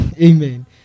Amen